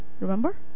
remember